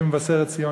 ממבשרת-ציון,